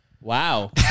Wow